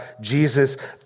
Jesus